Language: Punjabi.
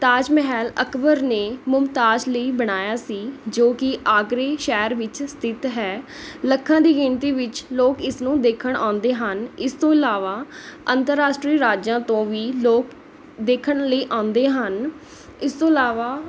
ਤਾਜ ਮਹਿਲ ਅਕਬਰ ਨੇ ਮੁਮਤਾਜ ਲਈ ਬਣਾਇਆ ਸੀ ਜੋ ਕਿ ਆਗਰੇ ਸ਼ਹਿਰ ਵਿੱਚ ਸਥਿਤ ਹੈ ਲੱਖਾਂ ਦੀ ਗਿਣਤੀ ਵਿੱਚ ਲੋਕ ਇਸਨੂੰ ਦੇਖਣ ਆਉਂਦੇ ਹਨ ਇਸ ਤੋਂ ਇਲਾਵਾ ਅੰਤਰਰਾਸ਼ਟਰੀ ਰਾਜਾਂ ਤੋਂ ਵੀ ਲੋਕ ਦੇਖਣ ਲਈ ਆਉਂਦੇ ਹਨ ਇਸ ਤੋਂ ਇਲਾਵਾ